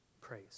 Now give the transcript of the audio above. praise